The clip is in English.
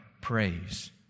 praise